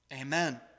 Amen